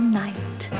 night